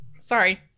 Sorry